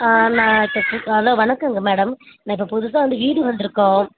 நான் இப்போது ஹலோ வணக்கங்க மேடம் நான் இப்போ புதுசாக வந்து வீடு வந்திருக்கோம்